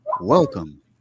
welcome